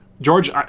George